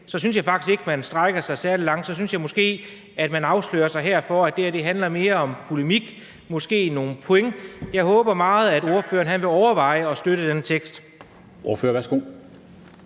synes jeg faktisk ikke, at man strækker sig særlig langt. Så synes jeg måske, at man afslører, at det her mere handler om polemik og måske nogle point. Jeg håber meget, at ordføreren vil overveje at støtte det